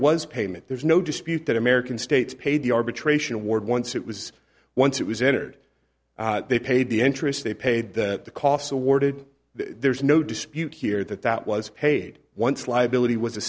was payment there's no dispute that american states paid the arbitration award once it was once it was entered they paid the interest they paid that the costs awarded there's no dispute here that that was paid once liability was